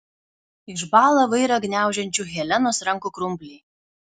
išbąla vairą gniaužiančių helenos rankų krumpliai